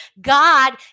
God